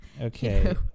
okay